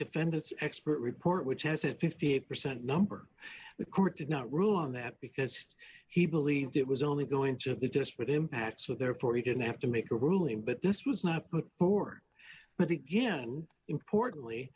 defendants expert report which has a fifty eight percent number the court did not rule on that because he believed it was only going to be disparate impact so therefore he didn't have to make a ruling but this was not poor but again importantly